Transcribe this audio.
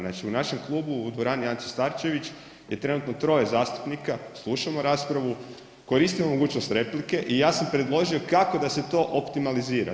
Znači, u našem klubu u dvorani „Ante Starčević“ je trenutno troje zastupnika, slušamo raspravu, koristimo mogućnost replike i ja sam predložio kako da se to optimalizira.